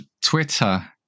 Twitter